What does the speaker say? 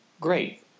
great